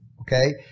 Okay